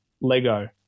Lego